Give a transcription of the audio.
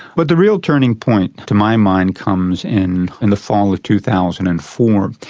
but the real turning point, to my mind, comes in in the fall of two thousand and four,